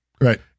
right